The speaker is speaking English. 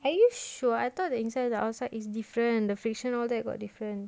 are you sure I thought the inside the outside is different the fiction all that got different